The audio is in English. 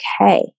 okay